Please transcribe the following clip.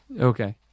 Okay